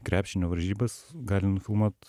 krepšinio varžybas gali nufilmuot